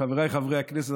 חבריי חברי הכנסת,